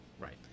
Right